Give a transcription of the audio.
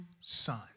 son